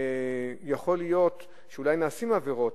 שיכול להיות שנעשות שם עבירות,